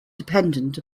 dependent